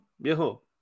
viejo